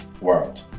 world